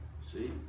See